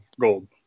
gold